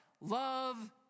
Love